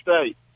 State